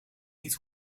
niet